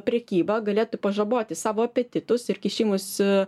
prekyba galėtų pažaboti savo apetitus ir kišimusi